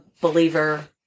believer